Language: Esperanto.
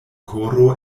koro